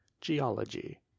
Geology